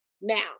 now